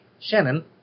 Shannon